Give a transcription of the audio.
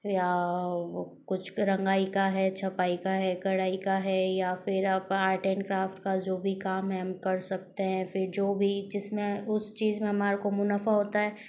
या कुछ रंगाई का है छपाई का है कढ़ाई का है या फिर आप आर्ट एंड क्राफ्ट का जो भी काम है हम कर सकते हैं फिर जो भी जिसमें उस चीज़ में हमारे को मुनाफा होता है